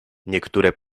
niektóre